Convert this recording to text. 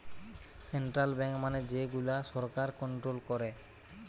central bank মানে যে গুলা সরকার কন্ট্রোল করে